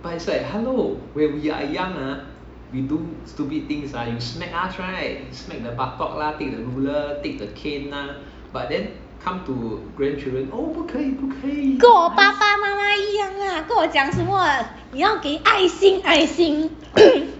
跟我爸爸妈妈一样啦跟我讲什么你要给爱心爱心